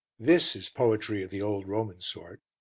this is poetry of the old roman sort.